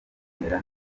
bimera